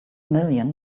million